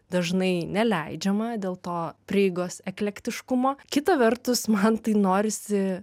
dažnai neleidžiama dėl to prieigos eklektiškumo kita vertus man tai norisi